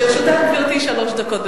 לרשותך, גברתי, שלוש דקות.